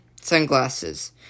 sunglasses